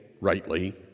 rightly